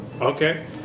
Okay